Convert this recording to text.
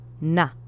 NA